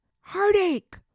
Heartache